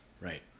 Right